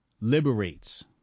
liberates